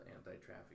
anti-trafficking